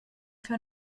fer